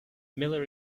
miller